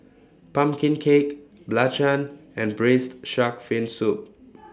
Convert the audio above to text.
Pumpkin Cake Belacan and Braised Shark Fin Soup